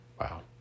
Wow